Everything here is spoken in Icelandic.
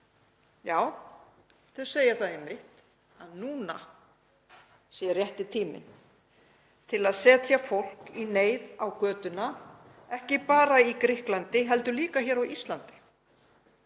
Já, þau segja það einmitt að núna sé rétti tíminn til að setja fólk í neyð á götuna, ekki bara í Grikklandi heldur líka hér á Íslandi.